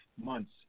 months